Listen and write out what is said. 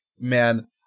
man